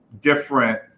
different